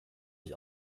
ich